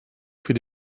für